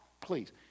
please